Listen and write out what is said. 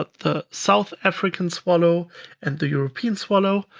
but the south african swallow and the european swallow.